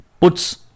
puts